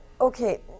Okay